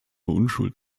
unschuld